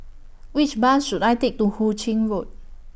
Which Bus should I Take to Hu Ching Road